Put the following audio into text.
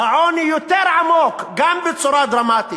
העוני יותר עמוק, גם בצורה דרמטית.